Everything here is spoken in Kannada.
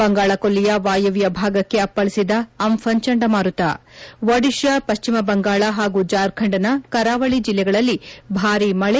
ಬಂಗಾಳಕೊಲ್ಲಿಯ ವಾಯುವ್ಯ ಭಾಗಕ್ಕೆ ಅಪ್ಪಳಿಸಿದ ಅಂಫನ್ ಚಂಡಮಾರುತ ಒಡಿತಾ ಪಶ್ಚಿಮಬಂಗಾಳ ಹಾಗೂ ಜಾರ್ಖಂಡ್ನ ಕರಾವಳಿ ಜಿಲ್ಲೆಗಳಲ್ಲಿ ಭಾರೀ ಮಳೆ